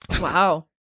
wow